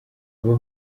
aba